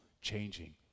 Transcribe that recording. changing